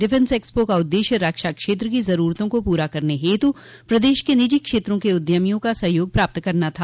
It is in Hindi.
डिफेंस एक्सपो का उद्देश्य रक्षा क्षेत्र की जरूरतों को पूरा करने हेतु प्रदेश के निजी क्षेत्र के उद्यमियों का सहयोग प्राप्त करना था